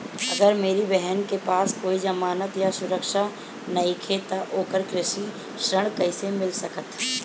अगर मेरी बहन के पास कोई जमानत या सुरक्षा नईखे त ओकरा कृषि ऋण कईसे मिल सकता?